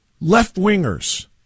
Left-wingers